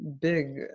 big